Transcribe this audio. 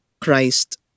Christ